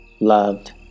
loved